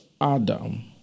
Adam